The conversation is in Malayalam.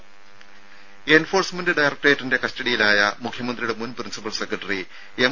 ദ്ദേ എൻഫോഴ്സ്മെന്റ് ഡയറക്ടറേറ്റിന്റെ കസ്റ്റഡിയിലായ മുഖ്യമന്ത്രിയുടെ മുൻ പ്രിൻസിപ്പൽ സെക്രട്ടറി എം